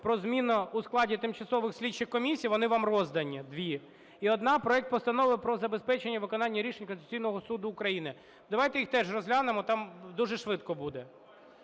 про зміни у складі тимчасових слідчих комісій, вони вам роздані, дві. І одна – проект Постанови про забезпечення виконання рішень Конституційного Суду України. Давайте їх теж розглянемо, там дуже швидко буде.